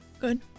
Good